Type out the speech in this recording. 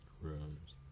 rooms